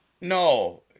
No